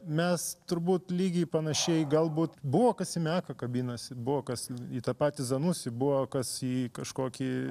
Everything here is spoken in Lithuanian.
mes turbūt lygiai panašiai galbūt buvo kas į meką kabinosi buvo kas į tą patį zanusį buvo kas į kažkokį